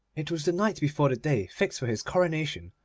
it was the night before the day fixed for his coronation,